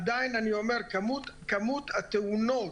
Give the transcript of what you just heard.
עדיין כמות התאונות,